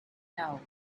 know